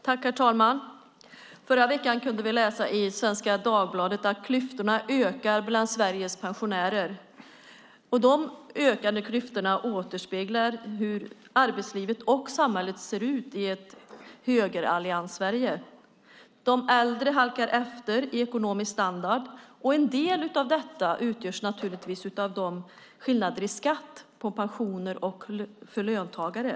Herr talman! Förra veckan kunde vi läsa i Svenska Dagbladet att klyftorna ökar bland Sveriges pensionärer. De ökande klyftorna återspeglar hur arbetslivet och samhället ser ut i ett Högerallianssverige. De äldre halkar efter i ekonomisk standard. En del av detta utgörs naturligtvis av de skillnader som finns i skatt för pensionärer och för löntagare.